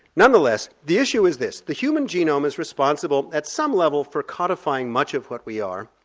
nonetheless the issue is this, the human genome is responsible at some level for quantifying much of what we are,